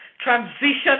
transition